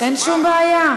אין שום בעיה.